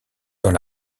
dans